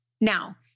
Now